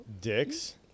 dicks